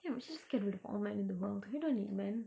ya we should just get rid of all men in the world I don't need men